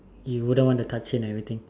you wouldn't want to touch it and everything